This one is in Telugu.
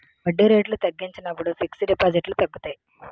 వడ్డీ రేట్లు తగ్గించినప్పుడు ఫిక్స్ డిపాజిట్లు తగ్గుతాయి